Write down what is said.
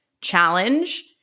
challenge